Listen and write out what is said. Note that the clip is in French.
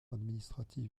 administratif